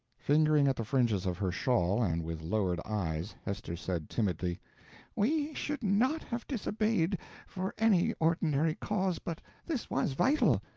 fingering at the fringes of her shawl, and with lowered eyes, hester said, timidly we should not have disobeyed for any ordinary cause, but this was vital.